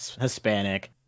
Hispanic